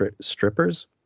strippers